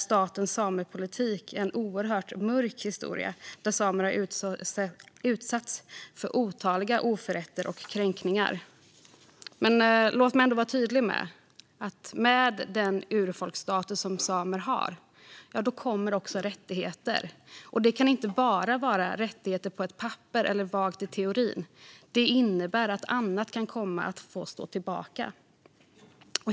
Statens samepolitik är ju en oerhört mörk historia där samerna har utsatts för otaliga oförrätter och kränkningar. Låt mig vara tydlig med att med den urfolksstatus samerna har kommer också rättigheter, och det kan inte enbart vara rättigheter på ett papper eller vagt i teorin, vilket innebär att annat kan komma att få stå tillbaka.